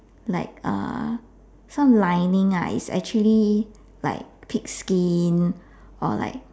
like uh some lining lah is actually like pig skin or like